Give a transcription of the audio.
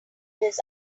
his